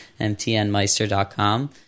mtnmeister.com